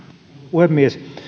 puhemies